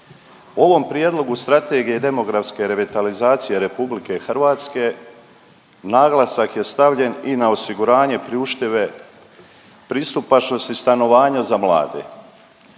Ovom prijedlogu Strategije demografske revitalizacije RH naglasak je stavljen i na osiguranje priuštive pristupačnosti stanovanja za mlade.